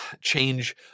change